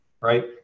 right